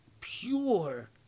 pure